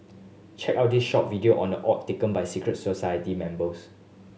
check out this short video on the oath taken by secret society members